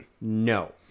no